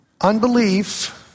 Unbelief